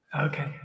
Okay